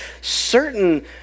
certain